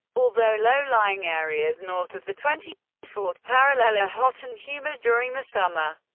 although low-lying areas north of the twenty fourth parallel are hot and humid during the summer,